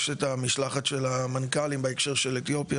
יש את המשלחת של המנכ"לים בהקשר של אתיופיה,